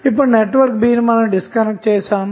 ఇప్పుడు network B ని disconnect చేద్దాము